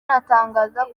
anatangaza